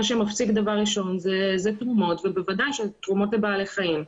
מה שמפסיק דבר ראשון זה תרומות ובוודאי שתרומות לבעלי חיים.